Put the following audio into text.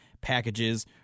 packages